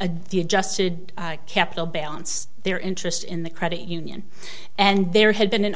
a d adjusted capital balance their interest in the credit union and there had been an